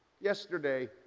Yesterday